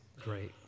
great